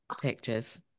pictures